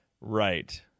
Right